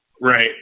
right